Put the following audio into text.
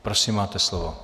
Prosím, máte slovo.